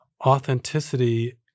authenticity